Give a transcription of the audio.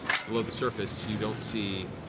below the surface you don't see